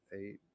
eight